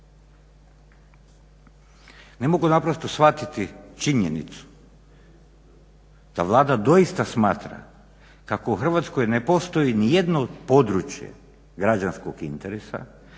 Ne mogu naprosto shvatiti činjenicu da Vlada doista smatra kako u Hrvatskoj ne postoji nijedno područje građanskog interesa,